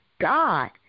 God